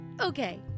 Okay